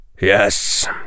Yes